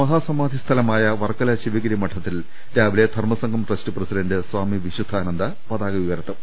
മഹാസമാധി സ്ഥലമായ വർക്കല ശിവഗിരി മഠത്തിൽ രാവിലെ ധർമ്മ സംഘം ട്രസ്റ്റ് പ്രസിഡന്റ് സ്വാമി വിശുദ്ധാനന്ദ പതാക ഉയർത്തും